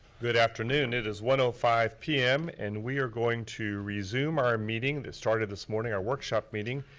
good afternoon, it is one ah five p m. and we are going to resume our meeting that started this morning, our workshop meeting,